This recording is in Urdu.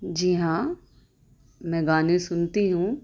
جی ہاں میں گانے سنتی ہوں